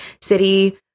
city